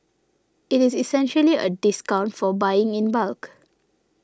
it is essentially a discount for buying in bulk